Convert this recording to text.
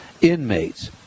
inmates